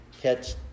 catch